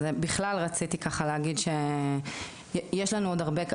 בכלל רציתי ככה להגיד שיש לנו עוד הרבה,